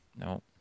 No